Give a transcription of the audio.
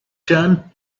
turned